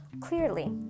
Clearly